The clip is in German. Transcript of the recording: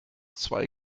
zwei